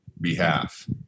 behalf